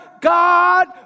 God